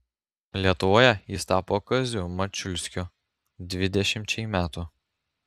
lietuvoje jis tapo kaziu mačiulskiu dvidešimčiai metų